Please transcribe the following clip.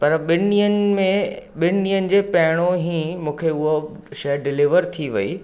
पर ॿिनि ॾीहंनि में ॿिनि ॾींहंनि जे पहिरियों ई मूंखे उहो शइ डिलेवर थी वई